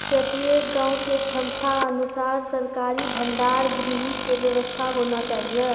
प्रत्येक गाँव के क्षमता अनुसार सरकारी भंडार गृह के व्यवस्था होना चाहिए?